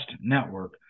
Network